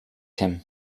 him